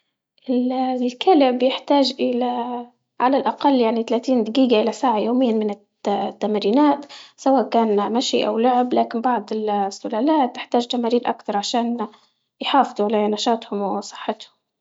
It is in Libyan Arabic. الكلب يحتاج الى على الاقل يعني تلاتين دقيقة الى ساعة يوميا من التمرينات سواء كان مشي او لعب، لكن بعض السلالات تحتاج تمارين اكثر عشان يحافظوا على نشاطهم وصحتهم.